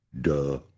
Duh